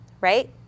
right